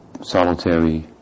solitary